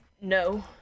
no